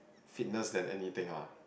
fitness than anything lah